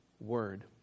word